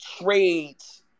trades